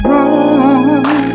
Wrong